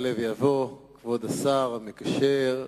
יעלה ויבוא כבוד השר המקשר,